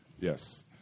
Yes